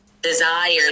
desire